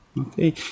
Okay